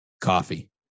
coffee